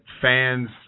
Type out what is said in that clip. fans